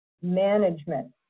management